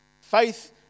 Faith